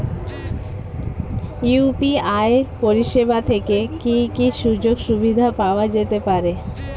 UPI পরিষেবা থেকে কি কি সুযোগ সুবিধা পাওয়া যেতে পারে?